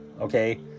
okay